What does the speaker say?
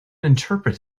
interpret